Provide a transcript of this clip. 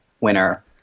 winner